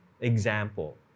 example